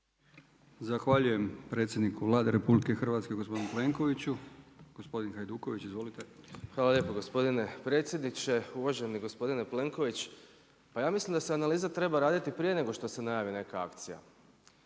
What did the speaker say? Zahvaljujem predsjedniku Vlade RH gospodinu Plenkoviću. Gospodin Hajduković, izvolite. **Hajduković, Domagoj (SDP)** Hvala lijepo gospodine predsjedniče. Uvaženi gospodine Plenković. Pa ja mislim da se analiza treba raditi prije nego što se najavi neka akcija.